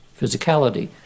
physicality